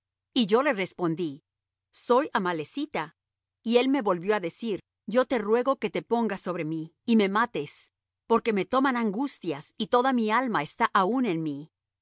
y yo le respondí soy amalecita y él me volvió á decir yo te ruego que te pongas sobre mí y me mates porque me toman angustias y toda mi alma está aún en mí